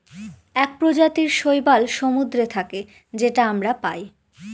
এক প্রজাতির শৈবাল সমুদ্রে থাকে যেটা আমরা পায়